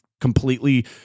completely